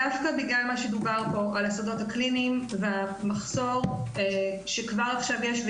דווקא בגלל מה שדובר פה על השדות הקליניים והמחסור שיש כבר עכשיו,